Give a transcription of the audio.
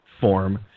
form